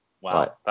Wow